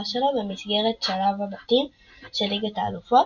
שלו במסגרת שלב הבתים של ליגת האלופות,